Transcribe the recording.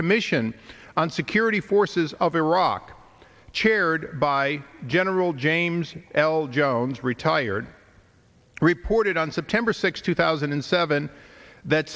commission on security forces of iraq chaired by general james l jones retired reported on september sixth two thousand and seven that